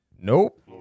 Nope